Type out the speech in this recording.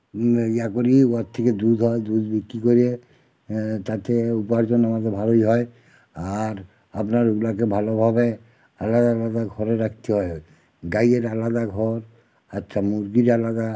ইয়া করি উহার থেকে দুধ হয় দুধ বিক্রি করে তাতে উপার্জন আমাদের ভালোই হয় আর আপনার ওগুলাকে ভালোভাবে আলাদা আলাদা ঘরে রাখতে হয় গাইয়ের আলাদা ঘর আচ্ছা মুরগির আলাদা